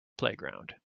playground